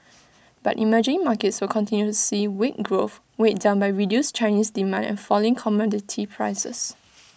but emerging markets will continue to see weak growth weighed down by reduced Chinese demand and falling commodity prices